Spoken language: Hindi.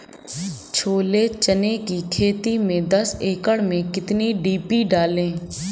छोले चने की खेती में दस एकड़ में कितनी डी.पी डालें?